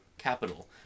capital